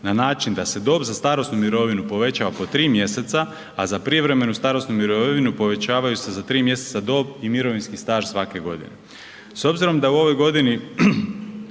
na način da se dob za starosnu mirovinu poveća oko 3. mjeseca, a za prijevremenu starosnu mirovinu povećavaju se za 3. mjeseca dob i mirovinski staž svake godine.